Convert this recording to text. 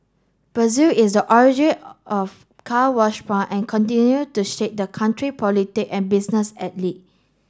Brazil is a origin of Car Wash and continue to shake that country politic and business elite